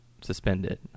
suspended